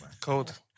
Cold